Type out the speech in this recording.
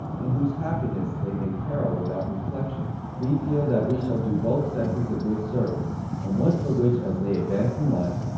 and whose happiness they may peril without reflection we feel that we shall do both sexes a good service, and one for which as they advance in life,